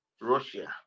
russia